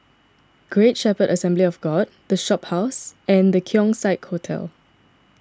Great Shepherd Assembly of God the Shophouse and the Keong Saik Hotel